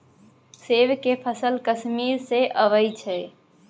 सेब के फल कश्मीर सँ अबई छै